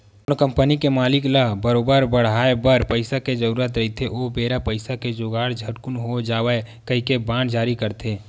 कोनो कंपनी के मालिक ल करोबार बड़हाय बर पइसा के जरुरत रहिथे ओ बेरा पइसा के जुगाड़ झटकून हो जावय कहिके बांड जारी करथे